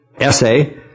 essay